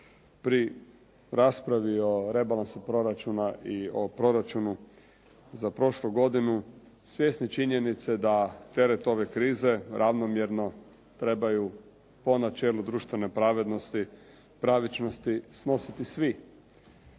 pri raspravu o rebalansu proračuna i o proračunu za prošlu godinu, svjesni činjenice da teret ove krize ravnomjerno trebaju po načelu društvene pravednosti, pravičnosti, snositi svi.